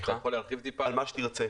על מה שתרצה.